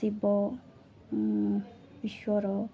Shiva Ishwar